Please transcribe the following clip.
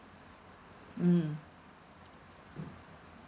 mmhmm